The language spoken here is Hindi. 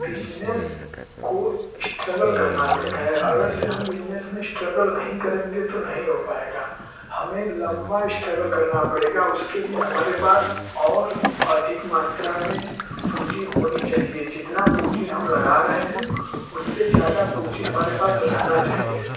बिजनस को स्ट्रगल करना पड़ता है अगर से बिजनेस में स्ट्रगल नहीं करेंगे तो नहीं हो पायेगा हमें लम्बा स्ट्रगल करना पड़ेगा उसके लिए हमारे पास और अधिक मात्रा में पूंजी होनी चाहिए जितना पूंजी हम लगा रहे है उससे ज़्यादा पूंजी हमारे पास रहना चाहिए